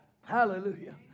Hallelujah